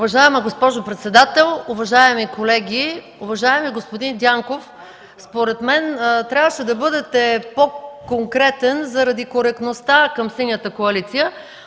Уважаема госпожо председател, уважаеми колеги! Уважаеми господин Дянков, според мен трябваше да бъдете по-конкретен заради коректността към Синята коалиция.